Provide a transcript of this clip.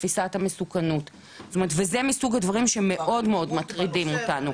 בתפיסת המסוכנות וזה מסוג הדברים שמאוד מאוד מטרידים אותנו.